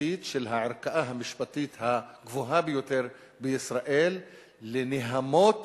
משפטית של הערכאה המשפטית הגבוהה ביותר בישראל לנהמות